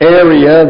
area